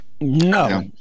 No